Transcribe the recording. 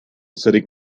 sitting